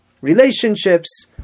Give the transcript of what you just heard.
relationships